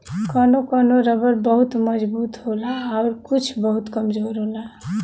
कौनो कौनो रबर बहुत मजबूत होला आउर कुछ बहुत कमजोर होला